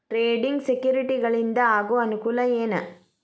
trading ಸೆಕ್ಯುರಿಟಿಗಳಿಂದ ಆಗೋ ಅನುಕೂಲ ಏನ